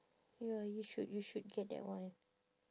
ya you should you should get that one